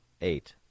Eight